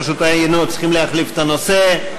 פשוט היינו צריכים להחליף את הנושא.